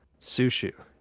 Sushi